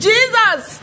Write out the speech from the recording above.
Jesus